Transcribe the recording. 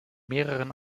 mehreren